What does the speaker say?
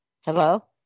Hello